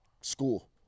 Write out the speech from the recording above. school